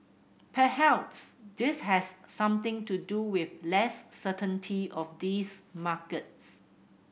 perhaps this has something to do with less certainty of these markets